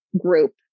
group